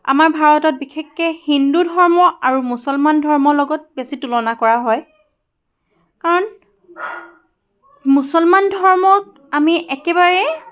আমাৰ ভাৰতত বিশেষকৈ হিন্দু ধৰ্ম আৰু মুছলমান ধৰ্মৰ লগত বেছি তুলনা কৰা হয় কাৰণ মুছলমান ধৰ্মক আমি একেবাৰে